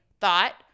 thought